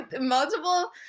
multiple